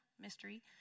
mystery